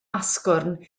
asgwrn